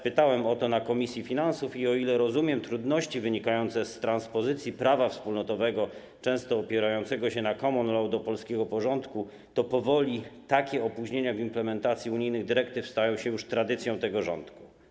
Pytałem o to na posiedzeniu komisji finansów i o ile rozumiem trudności wynikające z transpozycji prawa wspólnotowego, często opierającego się na common law, do polskiego porządku, o tyle powoli takie opóźnienia w implementacji unijnych dyrektyw stały się już tradycją tego rządu.